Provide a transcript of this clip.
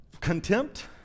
contempt